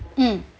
mm